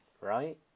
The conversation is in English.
right